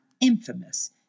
infamous